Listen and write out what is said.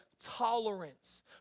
tolerance